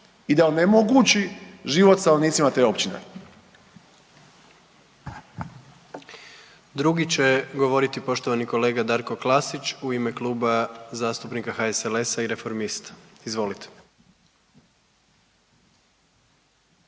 i da onemogući život stanovnicima te općine. **Jandroković, Gordan (HDZ)** Drugi će govoriti poštovani kolega Darko Klasić u ime Kluba zastupnika HSLS-a i reformista, izvolite.